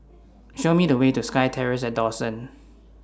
Show Me The Way to SkyTerrace At Dawson